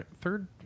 third